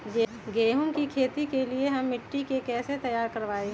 गेंहू की खेती के लिए हम मिट्टी के कैसे तैयार करवाई?